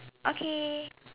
okay